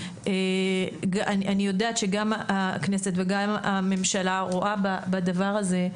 אני יודעת שגם הכנסת וגם הממשלה, רואה בדבר הזה,